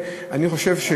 אני חושב,